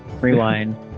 Rewind